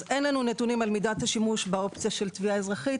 אין לנו נתונים על מידת השימוש באופציה של תביעה אזרחית,